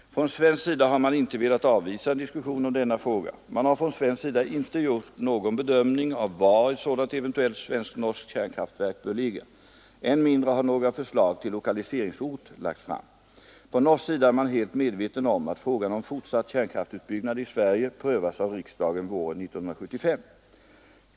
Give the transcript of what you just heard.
Från svensk sida har man inte velat avvisa en diskussion om denna fråga. Man har från svensk sida inte gjort någon bedömning av var ett sådant eventuellt svenskt-norskt kärnkraftverk bör ligga. Än mindre har några förslag till lokaliseringsort lagts fram. På norsk sida är man helt medveten om att frågan om fortsatt kärnkraftutbyggnad i Sverige prövas av riksdagen våren 1975.